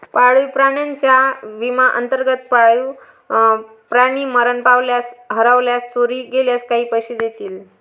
पाळीव प्राण्यांच्या विम्याअंतर्गत, पाळीव प्राणी मरण पावल्यास, हरवल्यास, चोरी गेल्यास काही पैसे देतील